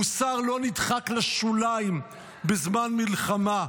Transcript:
מוסר לא נדחק לשוליים בזמן מלחמה.